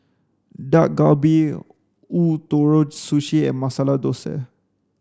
Dak Galbi Ootoro Sushi and Masala Dosa